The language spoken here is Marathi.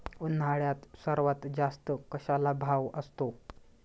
उन्हाळ्यात सर्वात जास्त कशाला भाव असतो?